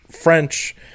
French